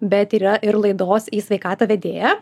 bet yra ir laidos į sveikatą vedėja